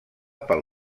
pel